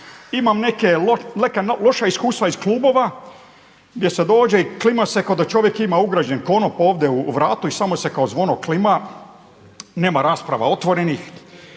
Imam neka loša iskustva iz klubova gdje se dođe i klima se ko da čovjek ima ugrađen konop ovdje u vratu i samo se kao zvono klima, nema rasprava otvorenih.